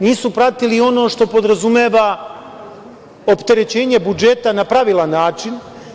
Nisu pratili i ono što podrazumeva opterećenje budžeta na pravilan način.